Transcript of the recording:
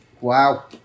Wow